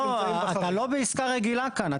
לא, אתה לא בעסקה רגילה כאן.